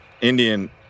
Indian